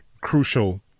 crucial